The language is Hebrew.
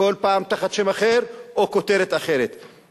כל פעם תחת שם אחר או כותרת אחרת,